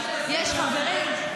יש חברים,